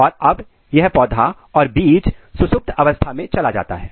और अब यह पौधा और बीज सुसुप्त अवस्था में चला जाता है